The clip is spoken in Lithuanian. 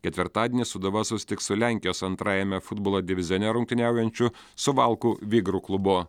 ketvirtadienį sūduva susitiks su lenkijos antrajame futbolo divizione rungtyniaujančiu suvalkų vigrų klubu